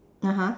(uh huh)